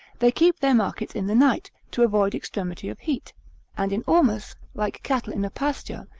they keep their markets in the night, to avoid extremity of heat and in ormus, like cattle in a pasture,